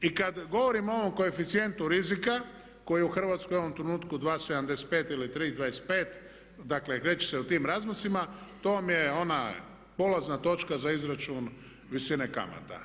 I kad govorim o ovom koeficijentu rizika koji je u Hrvatskoj u ovom trenutku 2,75 ili 3,25 dakle kreće se u tim raznosima, to vam je ona polazna točka za izračun visine kamata.